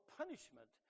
punishment